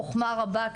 בחוכמה רבה,